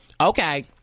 okay